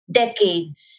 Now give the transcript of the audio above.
decades